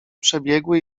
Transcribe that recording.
przebiegły